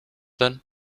then